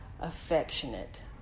affectionate